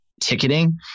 ticketing